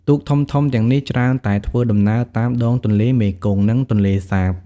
ទូកធំៗទាំងនេះច្រើនតែធ្វើដំណើរតាមដងទន្លេមេគង្គ និងទន្លេសាប។